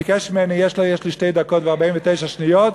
יש לי שתי דקות ו-49 שניות,